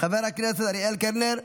חבר הכנסת אריאל קלנר,